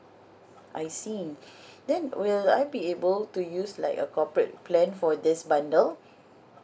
I see then will I be able to use like a corporate plan for this bundle